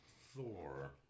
Thor